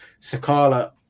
Sakala